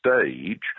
stage